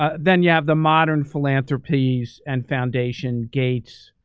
ah then you have the modern philanthropies and foundation, gates,